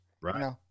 Right